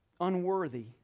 unworthy